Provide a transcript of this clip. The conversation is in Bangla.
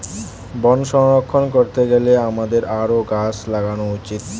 বন সংরক্ষণ করতে গেলে আমাদের আরও গাছ লাগানো উচিত